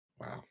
Wow